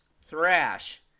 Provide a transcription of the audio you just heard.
Thrash